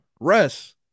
Russ